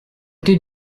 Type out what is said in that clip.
did